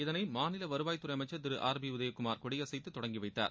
இதனை மாநில வருவாய்த்துறை அமைச்சர் திரு ஆர் பி உதயகுமார் கொடியசைத்து தொடங்கி வைத்தார்